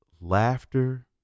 Laughter